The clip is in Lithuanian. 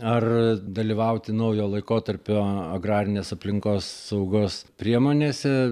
ar dalyvauti naujo laikotarpio agrarinės aplinkosaugos priemonėse